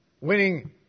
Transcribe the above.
Winning